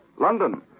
London